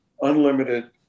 unlimited